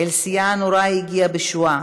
אל שיאה הנורא הגיעה בשואה,